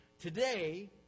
Today